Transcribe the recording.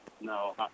No